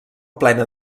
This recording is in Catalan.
plena